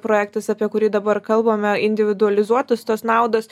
projektas apie kurį dabar kalbame individualizuotos tos naudos